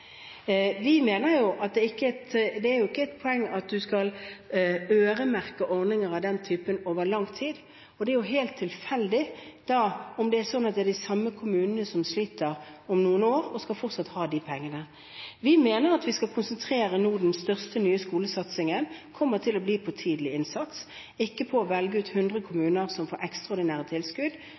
Vi mener at det ikke er et poeng at man skal øremerke ordninger av den typen over lang tid. Og det er jo helt tilfeldig om det er de samme kommunene som sliter om noen år og fortsatt skal ha de pengene. Vi mener at vi nå skal konsentrere den største, nye skolesatsingen om tidlig innsats – ikke om å velge ut 100 kommuner som skal få ekstraordinære tilskudd,